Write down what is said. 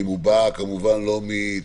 אם הוא בא כמובן לא מתוך